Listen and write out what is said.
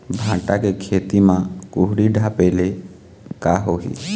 भांटा के खेती म कुहड़ी ढाबे ले का होही?